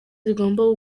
zigomba